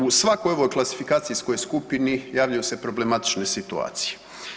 U svakoj ovoj klasifikacijskoj skupini javljaju se problematične situacije.